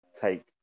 take